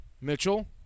Mitchell